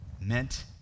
meant